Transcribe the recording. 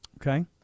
Okay